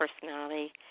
personality